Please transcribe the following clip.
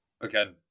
again